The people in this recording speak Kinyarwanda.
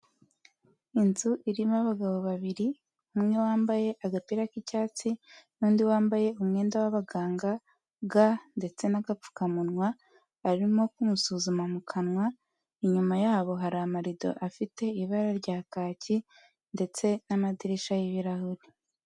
Inzu irimo abagabo babiri umwe wambaye agapira k'icyatsi n'undi wambaye umwenda w'abaganga, ga ndetse n'agapfukamunwa, arimo kumusuzuma mu kanwa, inyuma yabo hari amarido afite ibara rya kake ndetse n'amadirishya y'ibirahure.